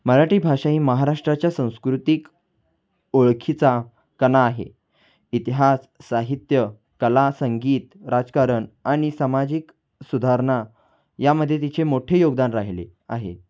मराठी भाषा ही महाराष्ट्राच्या संस्कृतिक ओळखीचा कणा आहे इतिहास साहित्य कला संगीत राजकारण आणि सामाजिक सुधारणा यामध्ये तिचे मोठे योगदान राहिले आहे